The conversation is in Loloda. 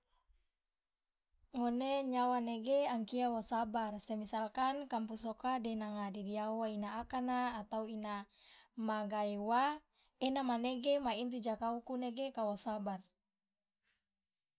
ngone nyawa nege angkia wo sabar semisalkan kampus oka de nanga didiawo ina akana atau ina magae uwa ena manege ma inti jakauku nege kawo sabar.